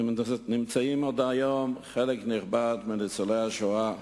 נמצאים עוד היום חלק נכבד מניצולי השואה,